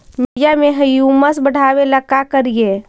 मिट्टियां में ह्यूमस बढ़ाबेला का करिए?